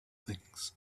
things